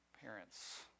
parents